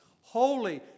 holy